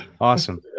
awesome